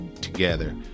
together